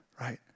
Right